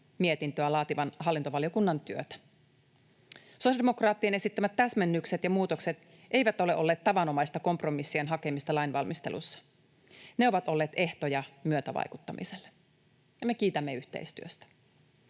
mietintöä laativan hallintovaliokunnan työtä. Sosiaalidemokraattien esittämät täsmennykset ja muutokset eivät ole olleet tavanomaista kompromissien hakemista lainvalmistelussa. Ne ovat olleet ehtoja myötävaikuttamiselle, ja me kiitämme yhteistyöstä.